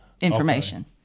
information